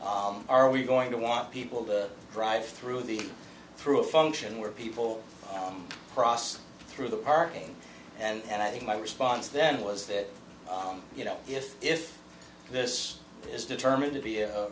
are we going to want people to drive through the through a function where people cross through the park and i think my response then was that you know if if this is determined to be a